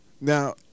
Now